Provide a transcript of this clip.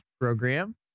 program